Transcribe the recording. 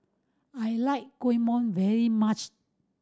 I like kuih mom very much